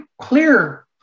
clear